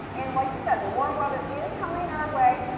and like the warm weather is coming our way.